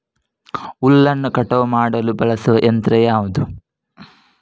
ಹುಲ್ಲನ್ನು ಕಟಾವು ಮಾಡಲು ಬಳಸುವ ಯಂತ್ರ ಯಾವುದು?